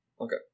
Okay